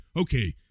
okay